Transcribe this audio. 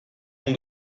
nom